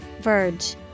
Verge